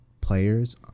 players